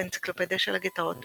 באנציקלופדיה של הגטאות,